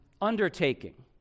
undertaking